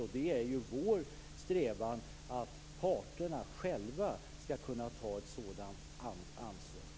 Och det är vår strävan att parterna själva skall kunna ta ett sådant ansvar.